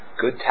good